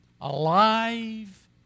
alive